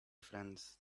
friends